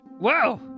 Wow